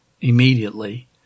immediately